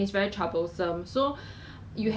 ideas to start lah so